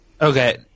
Okay